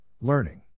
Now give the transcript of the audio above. Learning